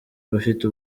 abafite